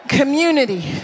community